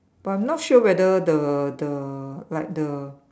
but I'm not sure whether the the like the